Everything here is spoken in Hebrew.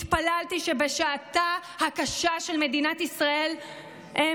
התפללתי שבשעתה הקשה של מדינת ישראל הם